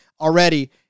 already